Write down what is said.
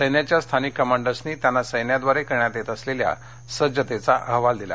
सैन्याच्या स्थानिक कमांडर्सनी त्यांना सैन्याद्वारे करण्यात येत असलेल्या सज्जतेचा अहवाल दिला